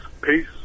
Peace